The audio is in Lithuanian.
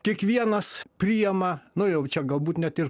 kiekvienas priima nu jau čia galbūt net ir